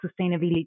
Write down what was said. sustainability